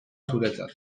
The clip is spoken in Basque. zuretzat